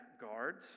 guards